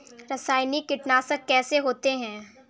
रासायनिक कीटनाशक कैसे होते हैं?